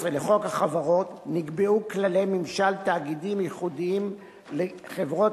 17 לחוק החברות נקבעו כללי ממשל תאגידי ייחודיים לחברות